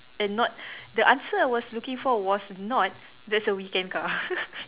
and not the answer I was looking for was not that's a weekend car